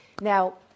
Now